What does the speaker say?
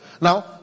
Now